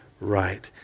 right